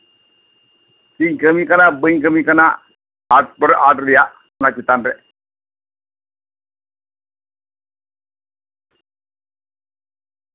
ᱥᱮᱧ ᱠᱟᱢᱤ ᱠᱟᱱᱟ ᱵᱟᱹᱧ ᱠᱟᱢᱤ ᱠᱟᱱᱟ ᱵᱚᱞᱮ ᱟᱨᱴ ᱨᱮᱭᱟᱜ ᱱᱚᱣᱟ ᱪᱮᱛᱟᱱ ᱨᱮ